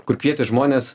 kur kvietė žmones